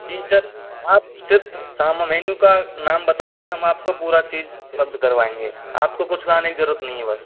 जी sir आप सिर्फ काम मेनू का नाम बताइए हम आपको पूरा चीज़ उपलब्ध करवाएंगे आपको कुछ लाने की जरूरत नहीं है बस